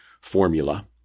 formula